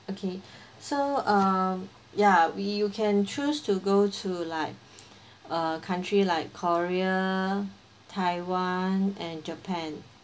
okay so uh yeah we you can choose to go to like uh country like korea taiwan and japan